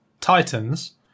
titans